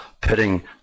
putting